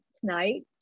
tonight